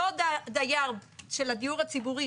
אותו דייר של הדיור הציבורי,